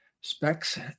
specs